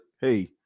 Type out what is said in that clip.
hey